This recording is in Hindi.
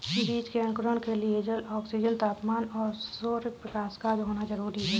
बीज के अंकुरण के लिए जल, ऑक्सीजन, तापमान और सौरप्रकाश का होना जरूरी है